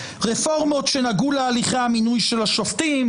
רפורמות שנגעו להליכי המינוי של השופטים,